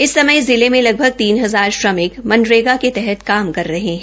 इस समय जिले में लगभग तीन हजार श्रमिक मनरेगा के तहत काम कर हरे है